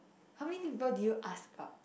how many people did you ask out